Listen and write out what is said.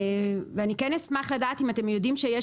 אני כן אשמח לדעת אם אתם יודעים שיש